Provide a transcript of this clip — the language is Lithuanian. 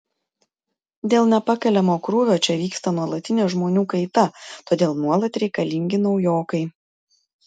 dėl nepakeliamo krūvio čia vyksta nuolatinė žmonių kaita todėl nuolat reikalingi naujokai